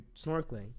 snorkeling